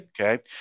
Okay